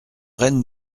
reine